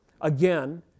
again